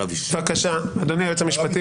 בבקשה, אדוני היועץ המשפטי.